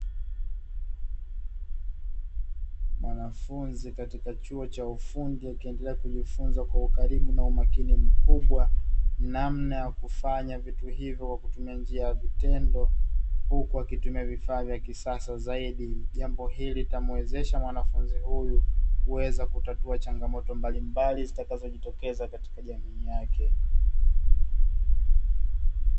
Mwanafunzi katika chuo cha ufundi kiendelea kujifunza kwa ukarimu na umakini mkubwa namna ya kufanya vitu hivyo kwa kutumia njia ya vitendo, huku wakitumia vifaa vya kisasa zaidi jambo hili litamwezesha mwanafunzi huyu kuweza kutatua changamoto mbalimbali zitakazojitokeza katika jamii yake.